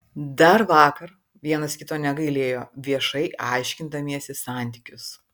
dar vakar vienas kito negailėjo viešai aiškindamiesi santykius